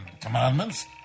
commandments